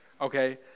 okay